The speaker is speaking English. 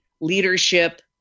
leadership